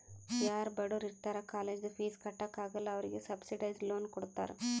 ಯಾರೂ ಬಡುರ್ ಇರ್ತಾರ ಕಾಲೇಜ್ದು ಫೀಸ್ ಕಟ್ಲಾಕ್ ಆಗಲ್ಲ ಅವ್ರಿಗೆ ಸಬ್ಸಿಡೈಸ್ಡ್ ಲೋನ್ ಕೊಡ್ತಾರ್